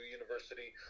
university